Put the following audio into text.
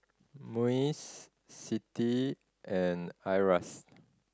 MUIS CITI and IRAS